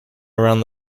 around